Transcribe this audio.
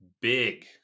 Big